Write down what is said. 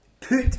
put